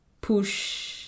push